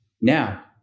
now